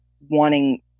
wanting